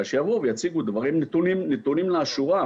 אז שיבואו ויציגו נתונים לאשורם,